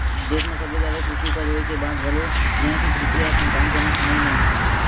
देस म सबले जादा कृषि उपज होए के बाद घलो इहां के कृषि ह संतासजनक नइ हे